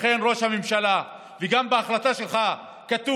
לכן, ראש הממשלה, וגם בהחלטה שלך כתוב,